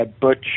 Butch